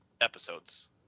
episodes